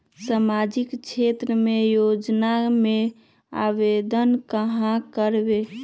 सामाजिक क्षेत्र के योजना में आवेदन कहाँ करवे?